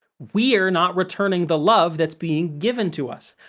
we're not returning the love that's being given to us!